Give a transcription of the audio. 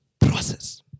process